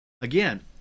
Again